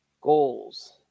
Goals